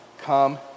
Come